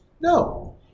No